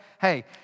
Hey